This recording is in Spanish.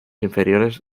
inferiores